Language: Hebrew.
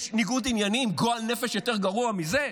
יש ניגוד עניינים, גועל נפש, יותר גרוע מזה?